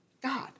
God